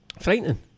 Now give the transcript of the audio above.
frightening